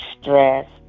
stress